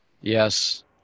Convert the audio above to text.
Yes